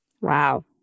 Wow